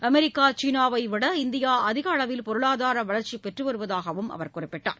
America சீனாவைவிட India அதிக அளவில் பொருளாதார வளா்ச்சிப் பெற்றுவருவதாக குறிப்பிட்டார்